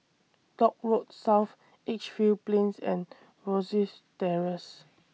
Dock Road South Edgefield Plains and Rosyth Terrace